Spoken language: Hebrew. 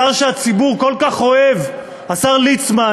השר שהציבור כל כך אוהב, השר ליצמן,